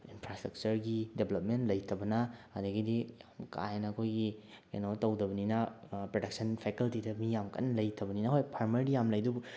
ꯏꯟꯐ꯭ꯔꯥꯁ꯭ꯇꯔꯛꯆꯔꯒꯤ development ꯂꯩꯇꯕꯅ ꯑꯗꯒꯤꯗꯤ ꯌꯥꯝ ꯀꯥꯍꯦꯟꯅ ꯑꯩꯈꯣꯏꯒꯤ ꯀꯩꯅꯣ ꯇꯧꯗꯕꯅꯤꯅ ꯄ꯭ꯔꯗꯛꯁꯟ ꯐꯦꯀꯜꯇꯤꯗ ꯃꯤ ꯌꯥꯝ ꯀꯟ ꯂꯩꯇꯕꯅꯤꯅ ꯍꯣꯏ ꯐꯥꯔꯃꯔꯗꯤ ꯌꯥꯝ ꯂꯩ ꯑꯗꯨꯕꯨ